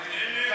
דב,